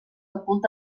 ocult